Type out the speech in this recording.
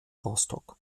rostock